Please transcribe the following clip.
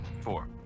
four